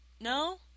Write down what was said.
no